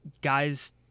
Guys